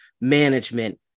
management